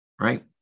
Right